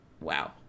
Wow